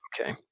Okay